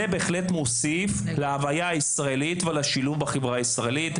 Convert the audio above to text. זה מוסיף להווייה הישראלית ולשילוב בחברה הישראלית.